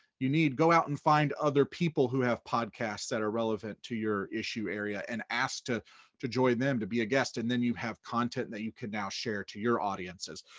you need go out and find other people who have podcasts that are relevant to your issue area and ask to to join them, to be a guest, and then you have content that you can now share to your audiences.